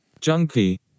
Junkie